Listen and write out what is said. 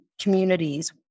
communities